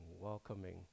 welcoming